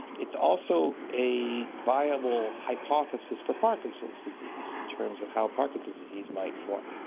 it's also a viable hypothesis for parkinson's disease in terms of how parkinson's disease might form.